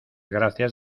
gracias